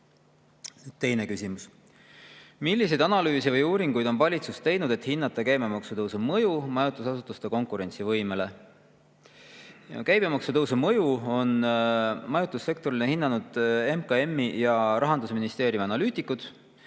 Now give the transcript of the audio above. Teine küsimus: "Milliseid analüüse või uuringuid on valitsus teinud, et hinnata käibemaksu tõusu mõju majutusasutuste konkurentsivõimele […]?" Käibemaksutõusu mõju on majutussektorile hinnanud MKM-i ja Rahandusministeeriumi analüütikud.